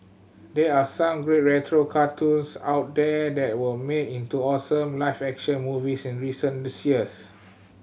they are some great retro cartoons out there that were made into awesome live action movies in recent years